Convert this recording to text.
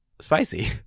Spicy